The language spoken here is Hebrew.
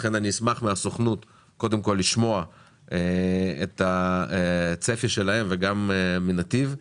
לכן אשמח מהסוכנות קודם כל לשמוע את הצפי שלהם וגם מנתיב,